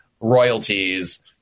royalties